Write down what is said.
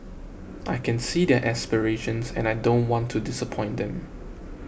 I can see their aspirations and I don't want to disappoint them